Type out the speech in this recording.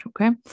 okay